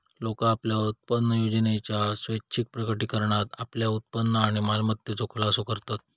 लोका आपल्या उत्पन्नयोजनेच्या स्वैच्छिक प्रकटीकरणात आपल्या उत्पन्न आणि मालमत्तेचो खुलासो करतत